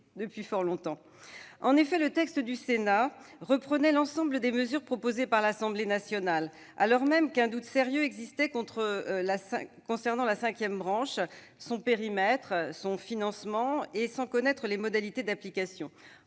Ainsi, son texte reprenait l'ensemble des mesures proposées par l'Assemblée nationale, alors même qu'un doute sérieux existait concernant la cinquième branche, son périmètre et son financement et sans en connaître les modalités d'application-